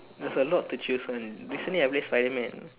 there's a lot to choose one recently I play spiderman